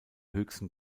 höchsten